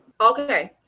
Okay